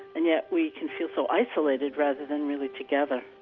and yet we can feel so isolated rather than really together